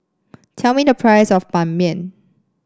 tell me the price of Ban Mian